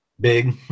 Big